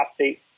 update